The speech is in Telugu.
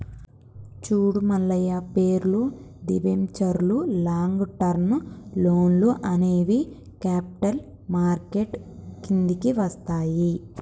చూడు మల్లయ్య పేర్లు, దిబెంచర్లు లాంగ్ టర్మ్ లోన్లు అనేవి క్యాపిటల్ మార్కెట్ కిందికి వస్తాయి